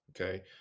Okay